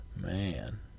Man